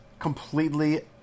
completely